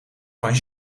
van